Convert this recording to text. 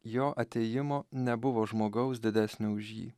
jo atėjimo nebuvo žmogaus didesnio už jį